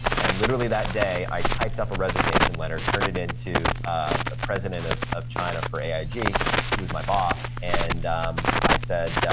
and literally that day, i typed up a resignation letter, turned it into a president of of china for aig, who was my boss, and i said,